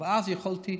אבל אז יכולתי,